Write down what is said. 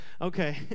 okay